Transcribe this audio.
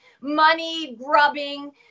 money-grubbing